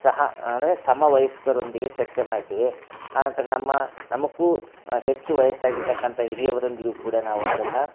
ಸಹ ಅಂದರೆ ಸಮ ವಯಸ್ಕರೊಂದಿಗೆ ಚರ್ಚೆ ಮಾಡ್ತೀವಿ ಆನಂತ್ರ ನಮ್ಮ ನಮ್ಕು ಹೆಚ್ಚು ವಯಸ್ಸಾಗಿ ಇರ್ತಕ್ಕಂಥ ಹಿರಿಯವ್ರೊಂದಿಗೆ ಕೂಡ ನಾವು ಅದನ್ನ